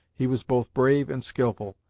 he was both brave and skilful,